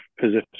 position